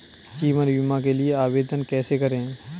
जीवन बीमा के लिए आवेदन कैसे करें?